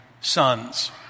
sons